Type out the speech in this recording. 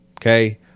okay